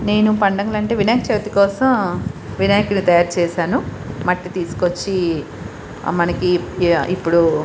నేను పండుగలు అంటే వినాయక చవితి కోసం వినాయకుడిని తయారు చేసాను మట్టి తీసుకు వచ్చి మనకి ఇప్పుడు